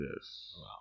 Yes